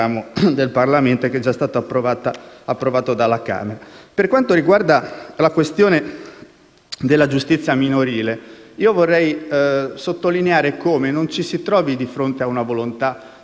Per quanto riguarda la questione della giustizia minorile, vorrei sottolineare come non ci si trovi di fronte a una volontà di sopprimere la giustizia